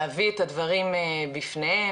להביא את הדברים בפניהם,